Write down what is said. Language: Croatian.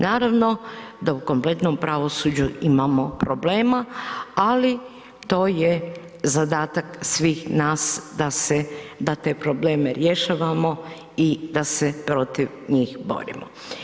Naravno da u kompletnom pravosuđu imamo problema, ali to je zadatak svih nas da te probleme rješavamo i da se protiv njih borimo.